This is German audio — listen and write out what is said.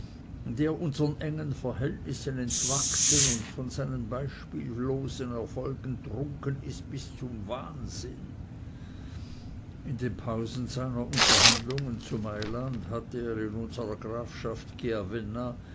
der unsern engen verhältnissen entwachsen und von seinen beispiellosen erfolgen trunken ist bis zum wahnsinn in den pausen seiner unterhandlungen zu mailand hat er in unserer grafschaft